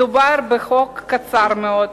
מדובר בחוק קצר מאוד,